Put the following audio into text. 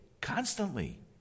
constantly